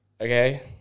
okay